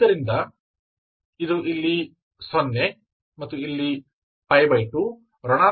ಆದ್ದರಿಂದ ಅದು ಇಲ್ಲಿ 0 ಮತ್ತು ಇಲ್ಲಿ π2 ಋಣಾತ್ಮಕ ಭಾಗದಲ್ಲಿರಬೇಕು